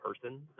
person